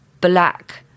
black